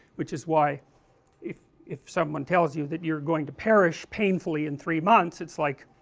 which is why if if someone tells you that you are going to perish painfully in three months, it's like